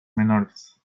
menores